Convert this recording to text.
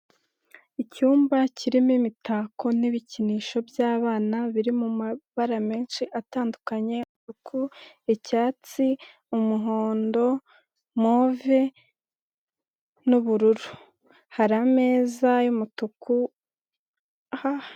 Icyumba kirimo imitako n'ibikinisho by'abana biri mabara menshi atandukanye: ako icyatsi, umuhondo, move n'ubururu, hari ameza y'umutuku.